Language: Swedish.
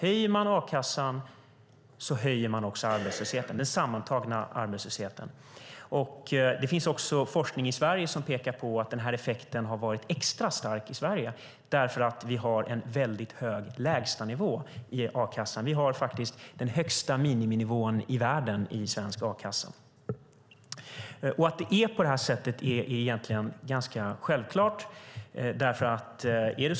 Om man höjer a-kassan ökar den sammantagna arbetslösheten. Det finns forskning också i Sverige som visar att den här effekten har varit extra stark i Sverige eftersom vi har en hög lägstanivå i a-kassan. Svensk a-kassa har faktiskt den högsta miniminivån i världen. Att det är på det sättet är ganska självklart.